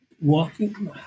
Walking